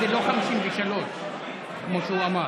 חמד, זה לא 53 כמו שהוא אמר.